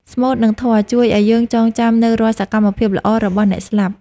ស្មូត និងធម៌ជួយឱ្យយើងចងចាំនូវរាល់សកម្មភាពល្អៗរបស់អ្នកស្លាប់។